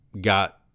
got